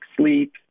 sleep